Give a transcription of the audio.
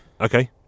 okay